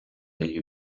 degli